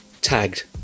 tagged